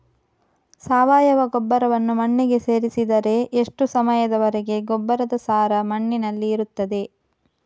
ಸಾವಯವ ಗೊಬ್ಬರವನ್ನು ಮಣ್ಣಿಗೆ ಸೇರಿಸಿದರೆ ಎಷ್ಟು ಸಮಯದ ವರೆಗೆ ಗೊಬ್ಬರದ ಸಾರ ಮಣ್ಣಿನಲ್ಲಿ ಇರುತ್ತದೆ?